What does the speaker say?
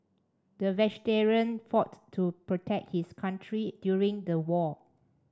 the veteran fought to protect his country during the war